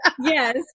Yes